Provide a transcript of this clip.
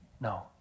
no